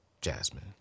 Jasmine